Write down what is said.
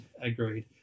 Agreed